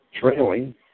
trailing